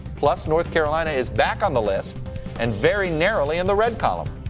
plus north carolina is back on the list and very narrowly in the red column.